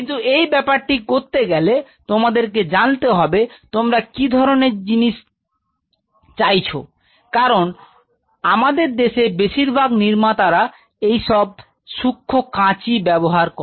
কিন্তু এই ব্যাপারটি করতে গেলে তোমাদের জানতে হবে তোমরা কি ধরনের জিনিস চাইছি কারণ আমাদের দেশের বেশিরভাগ নির্মাতারা খুবই সূক্ষ্ম কাঁচি ব্যবহার করে